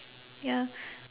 ya